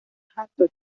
حتا